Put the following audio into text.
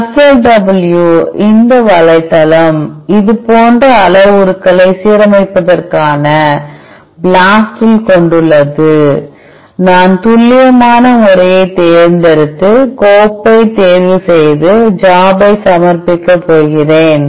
CLUSTAL W இந்த வலைத்தளம் இது போன்ற அளவுருக்களைக் சீரமைப்பிற்கான BLAST இல் கொண்டுள்ளது நான் துல்லியமான முறையைத் தேர்ந்தெடுத்து கோப்பைத் தேர்வுசெய்து ஜாப் ஐ சமர்ப்பிக்கப் போகிறேன்